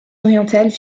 orientales